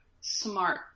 smart